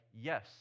yes